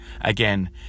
again